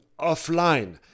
offline